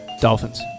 dolphins